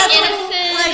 innocent